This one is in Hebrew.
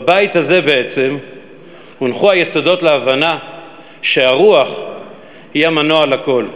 בבית הזה בעצם הונחו היסודות להבנה שהרוח היא המנוע לכול.